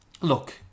look